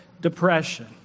depression